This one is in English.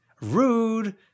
Rude